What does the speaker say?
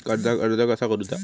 कर्जाक अर्ज कसा करुचा?